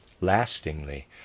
lastingly